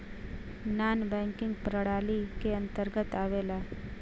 नानॅ banking प्रणाली के अंतर्गत आवेला